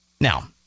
Now